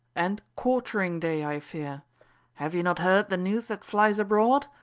and quartering day, i fear have ye not heard the news that flies abroad?